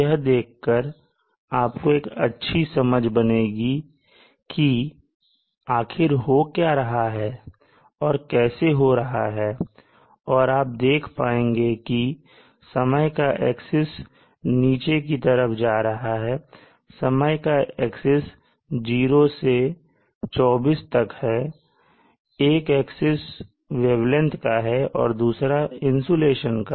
यह देख कर आपको एक अच्छी समझ बनेगी कि आखिर हो क्या और कैसे रहा है और आप देख पाएंगे कि समय का एक्सिस नीचे की तरफ जा रहा है समय का एक्सिस 0 से 24 तक का है एक एक्सिस वेवलेंथ का है और दूसरा इंसुलेशन का